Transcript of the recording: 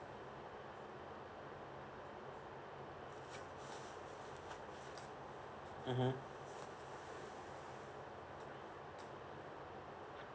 mmhmm